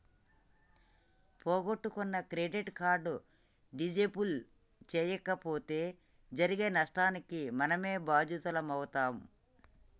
పోగొట్టుకున్న credit card disable చేయించకపోతే జరిగే నష్టానికి మనమే బాధ్యులమవుతం